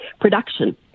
production